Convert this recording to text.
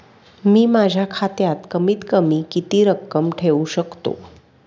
मी माझ्या खात्यात कमीत कमी किती रक्कम ठेऊ शकतो?